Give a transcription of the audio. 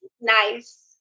Nice